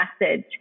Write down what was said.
message